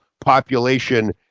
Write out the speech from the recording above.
population